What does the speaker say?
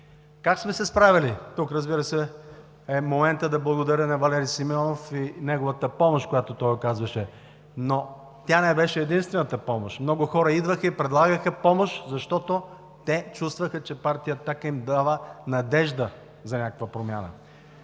Как сме се справяли? Тук, разбира се, е моментът да благодаря на Валери Симеонов и неговата помощ, която той оказваше. Но тя не беше единствената, много хора идваха и предлагаха помощ, защото те чувстваха, че Партия „Атака“ им дава надежда за някаква промяна.